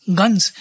guns